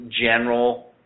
general